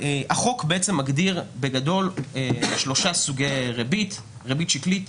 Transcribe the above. החוק בעצם מגדיר בגדול שלושה סוגי ריבית: שקלית,